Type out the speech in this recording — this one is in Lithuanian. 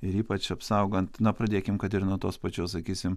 ir ypač apsaugant na pradėkim kad ir nuo tos pačios sakysim